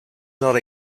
not